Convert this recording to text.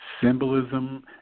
symbolism